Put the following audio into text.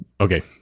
okay